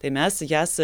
tai mes jas